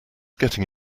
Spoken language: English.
getting